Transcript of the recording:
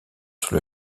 sur